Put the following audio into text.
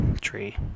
tree